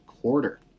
quarter